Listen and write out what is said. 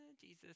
Jesus